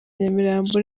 nyamirambo